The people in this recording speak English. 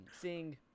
seeing